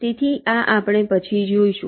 તેથી આ આપણે પછી જોઈશું